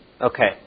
Okay